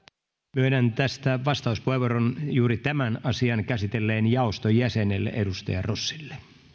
myönnän tästä vastauspuheenvuoron juuri tämän asian käsitelleen jaoston jäsenelle edustaja rossille